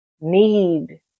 need